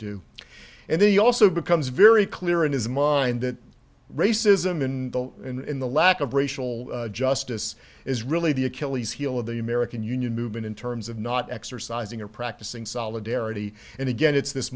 do and they also becomes very clear in his mind that racism in the in the lack of racial justice is really the achilles heel of the american union movement in terms of not exercising or practicing solidarity and again it's this